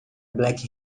black